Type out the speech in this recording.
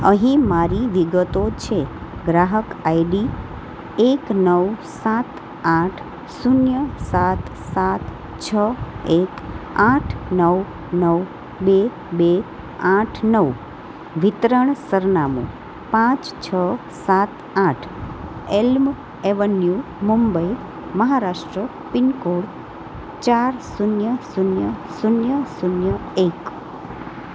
અહીં મારી વિગતો છે ગ્રાહક આઈડી એક નવ સાત આઠ શૂન્ય સાત સાત છ એક આઠ નવ નવ બે બે આઠ નવ વિતરણ સરનામું પાંચ છ સાત આઠ Elm Avenue Mumbai Maharashtra pin code ચાર શૂન્ય શૂન્ય શૂન્ય શૂન્ય એક